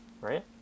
right